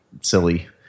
silly